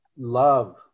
love